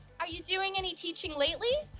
are you doing any teaching lately?